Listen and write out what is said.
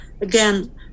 again